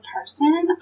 person